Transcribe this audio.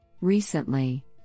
Recently